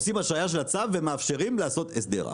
עושים השהייה של הצו ומאפשרים לעשות הסדר.